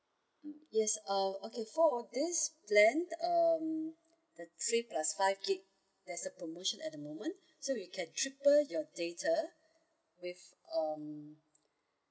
yes uh okay for on this plan um the three plus five gig there's a promotion at the moment so we can triple your data with um